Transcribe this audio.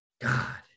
God